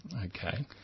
okay